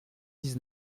dix